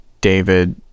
david